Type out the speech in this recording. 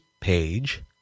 page